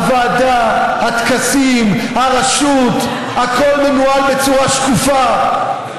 הוועדה, הטקסים, הרשות, הכול מנוהל בצורה שקופה.